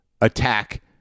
attack